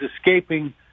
escaping